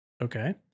Okay